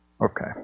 Okay